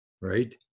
right